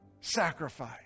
sacrifice